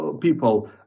people